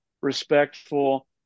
respectful